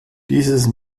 dieses